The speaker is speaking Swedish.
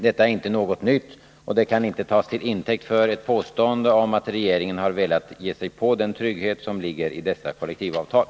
Detta är inte något nytt, och det kan inte tas till intäkt för ett påstående om att regeringen har velat ge sig på den trygghet som ligger i dessa kollektivavtal.